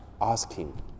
asking